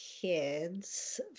kids